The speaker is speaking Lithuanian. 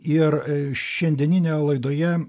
ir šiandieninėje laidoje